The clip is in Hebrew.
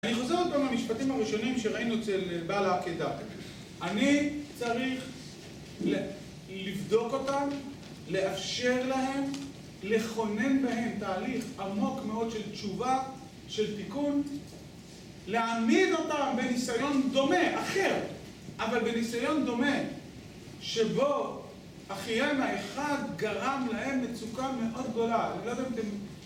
אני חוזר עוד פעם למשפטים הראשונים שראינו אצל בעל העקידה. אני צריך לבדוק אותם, לאפשר להם, לכונן בהם תהליך עמוק מאוד של תשובה, של תיקון, להעמיד אותם בניסיון דומה - אחר, אבל בניסיון דומה - שבו אחיהם האחד גרם להם מצוקה מאוד גדולה. אני לא יודע אם אתם...